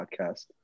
podcast